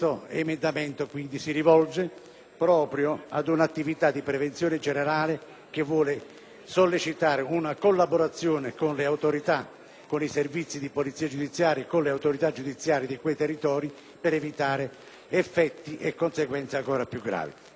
sollecitare una collaborazione con i servizi di polizia giudiziaria e con le autorità giudiziarie di quei territori, per evitare effetti e conseguenze ancora più gravi. *(Applausi